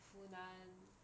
funan